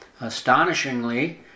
Astonishingly